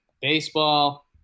baseball